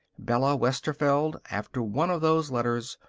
bella westerveld, after one of those letters,